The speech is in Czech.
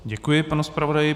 Děkuji panu zpravodaji.